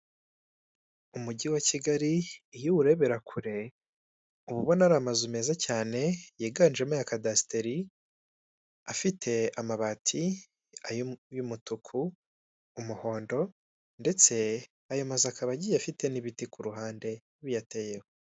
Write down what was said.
Umujyi wa Kigali iyo uwurebera kure uba ubona ari amazu meza cyane yiganjemo aya kadesiteri, afite amabati ay'umutuku umuhondo ndetse ayo mazu akaba agiye afite n'ibiti ku ruhande biyateyeho.